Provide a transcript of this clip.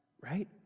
right